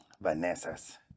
Vanessa